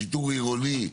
שיטור עירוני.